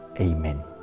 Amen